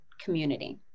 community